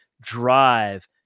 Drive